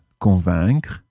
convaincre